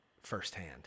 firsthand